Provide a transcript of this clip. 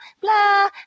blah